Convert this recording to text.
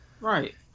Right